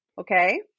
Okay